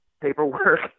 paperwork